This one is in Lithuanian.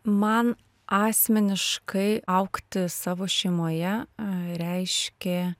man asmeniškai augti savo šeimoje reiškė